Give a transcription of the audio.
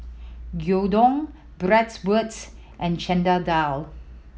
Gyudon Bratwurst and Chana Dal